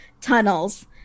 tunnels